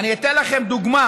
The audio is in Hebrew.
אני אתן לכם דוגמה